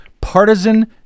partisan